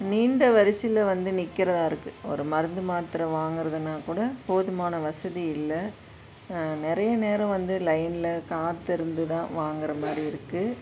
நீண்ட வரிசையில் வந்து நிற்கிறதா இருக்குது ஒரு மருந்து மாத்தரை வாங்குறதுனால் கூட போதுமான வசதி இல்லை நிறைய நேரம் வந்து லைனில் காத்திருந்து தான் வாங்குகிற மாதிரி இருக்குது